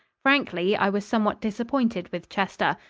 frankly, i was somewhat disappointed with chester.